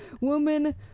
woman